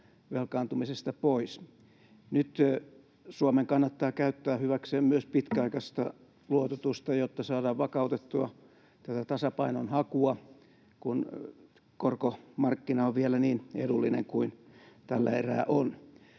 velkaantumisesta pois. Nyt Suomen kannattaa käyttää hyväkseen myös pitkäaikaista luototusta, jotta saadaan vakautettua tätä tasapainon hakua, kun korkomarkkina on vielä niin edullinen kuin tällä erää on,